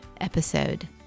episode